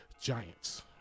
Giants